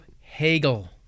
Hegel